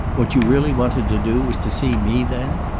what you really wanted to do was to see me, then?